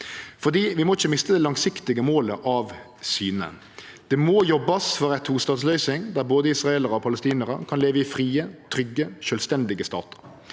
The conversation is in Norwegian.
Vi må ikkje miste det langsiktige målet av syne. Det må jobbast for ei tostatsløysing der både israelarar og palesti narar kan leve i frie, trygge og sjølvstendige statar.